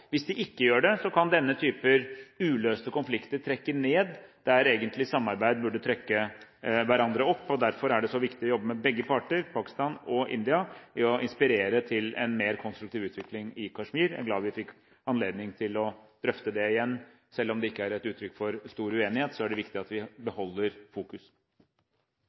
Hvis de ikke gjør det, kan denne type uløste konflikter trekke ned der samarbeid egentlig burde trekke opp. Derfor er det så viktig å jobbe med begge parter, Pakistan og India, for å inspirere til en mer konstruktiv utvikling i Kashmir. Jeg er glad vi fikk anledning til å drøfte det igjen. Selv om det ikke er et uttrykk for stor uenighet, er det viktig at vi beholder fokus.